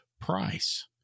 price